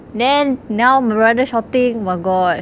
then now my brother shouting oh my god